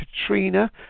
Katrina